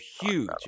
huge